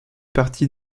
partie